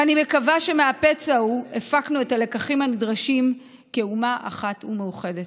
ואני מקווה שמהפצע ההוא הפקנו את הלקחים הנדרשים כאומה אחת ומאוחדת.